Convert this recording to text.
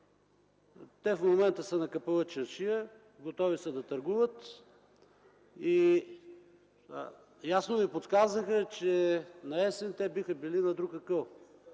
Те в момента са на Капалъ чаршия, готови са да търгуват и ясно Ви подсказаха, че наесен те биха били на друг акъл.